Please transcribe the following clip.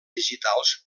digitals